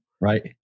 Right